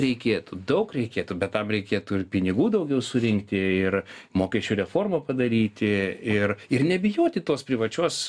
reikėtų daug reikėtų bet tam reikėtų ir pinigų daugiau surinkti ir mokesčių reformą padaryti ir ir nebijoti tos privačios